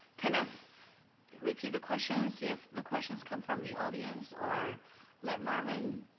kind of repeat the questions, if the questions come from the audience. or let marvin